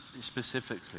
specifically